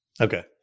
Okay